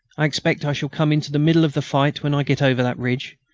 i expect i shall come into the middle of the fight when i get over that ridge.